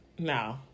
No